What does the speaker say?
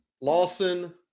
Lawson